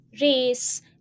race